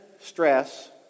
stress